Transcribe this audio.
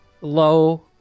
low